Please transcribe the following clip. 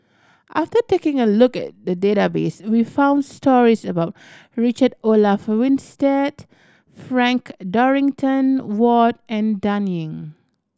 after taking a look at the database we found stories about Richard Olaf Winstedt Frank Dorrington Ward and Dan Ying